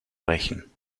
rächen